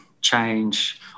change